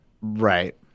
Right